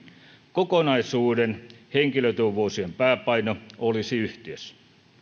kokonaisuuden henkilötyövuosien pääpaino olisi yhtiössä